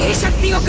since the